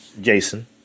Jason